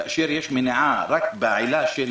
כאשר יש מניעה רק בעילה של